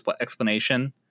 explanation